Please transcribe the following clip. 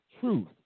truth